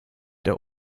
der